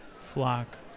flock